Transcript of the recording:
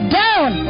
down